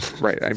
Right